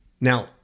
Now